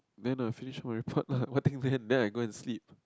then I finish my part lah then then I go and sleep